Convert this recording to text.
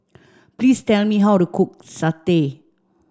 please tell me how to cook satay